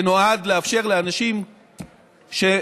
שנועד לאפשר לאנשים שנחקרו,